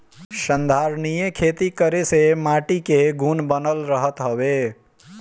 संधारनीय खेती करे से माटी कअ गुण बनल रहत हवे